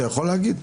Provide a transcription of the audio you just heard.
אתה יכול להגיד?